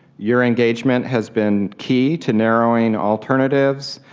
your engagement has been key to narrowing alternatives,